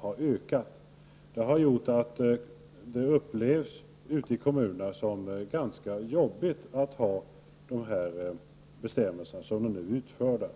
har ökat. Det har gjort att det ute i kommunerna har upplevts som ganska jobbigt att ha dessa bestämmelser som de nu är utformade.